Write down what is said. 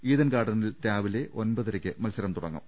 ഈഡൻ ഗാർഡനിൽ രാവിലെ ഒൻപതരയ്ക്ക് മത്സരം തുടങ്ങും